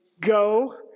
go